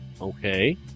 Okay